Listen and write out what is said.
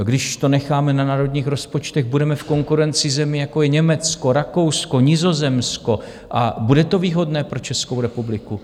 Když to necháme na národních rozpočtech, budeme v konkurenci zemí, jako je Německo, Rakousko, Nizozemsko, a bude to výhodné pro Českou republiku?